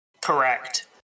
Correct